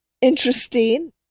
interesting